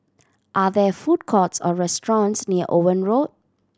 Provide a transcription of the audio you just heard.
are there food courts or restaurants near Owen Road